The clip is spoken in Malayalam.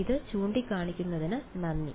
ഇത് ചൂണ്ടിക്കാണിച്ചതിന് നന്ദി